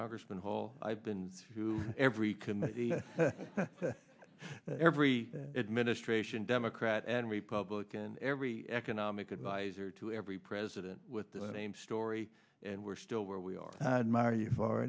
congressman paul i've been to every committee every administration democrat and republican every economic advisor to every president with the same story and we're still where we are are you